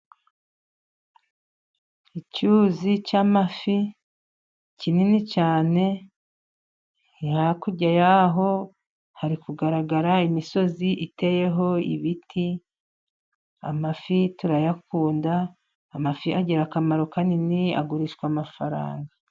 Icyuzi cy'amafi kinini cyane, hakurya y'aho hari kugaragara imisozi iteyeho ibiti. Amafi turayakunda, amafi agira akamaro kanini agurishwa amafaranga.